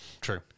True